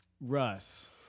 Russ